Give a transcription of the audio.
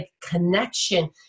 connection